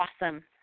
awesome